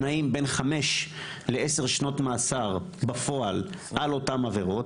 שנעים בין חמש לעשר שנות מאסר בפועל על אותם עבירות.